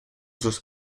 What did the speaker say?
sus